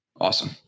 Awesome